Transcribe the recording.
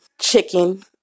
chicken